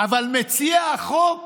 אבל מציע החוק